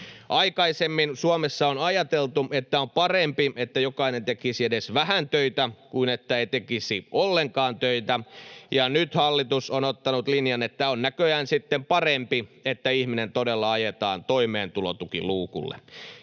Aikaisemmin Suomessa on ajateltu, että on parempi, että jokainen tekisi edes vähän töitä kuin että ei tekisi ollenkaan töitä, ja nyt hallitus on ottanut linjan, että on näköjään sitten parempi, että ihminen todella ajetaan toimeentulotukiluukulle.